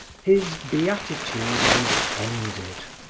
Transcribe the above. his beatitude was ended.